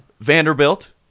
Vanderbilt